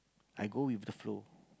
I go with the flow